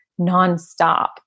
nonstop